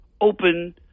open